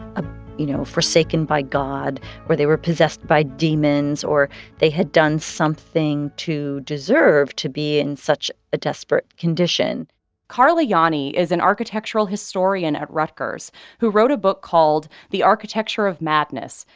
ah you know, forsaken by god or they were possessed by demons or they had done something to deserve to be in such a desperate condition carla yanni is an architectural historian at rutgers who wrote a book called the architecture of madness,